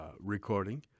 recording